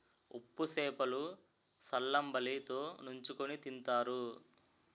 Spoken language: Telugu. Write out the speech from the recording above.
ఉప్పు సేప లు సల్లంబలి తో నంచుకుని తింతారు